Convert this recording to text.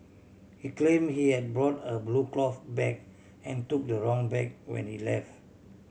he claim he had brought a blue cloth bag and took the wrong bag when he left